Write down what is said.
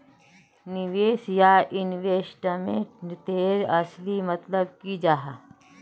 निवेश या इन्वेस्टमेंट तेर असली मतलब की जाहा?